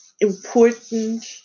important